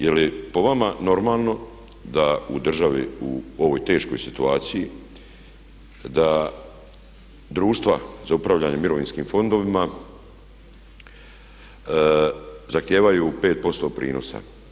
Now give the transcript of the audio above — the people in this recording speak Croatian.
Je li po vama normalno da u državi u ovoj teškoj situaciji da društva za upravljanje mirovinskim fondovima zahtijevaju 5% prinosa?